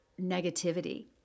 negativity